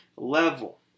Level